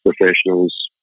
professionals